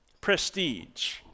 prestige